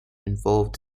involved